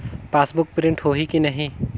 Passbook print होही कि नहीं?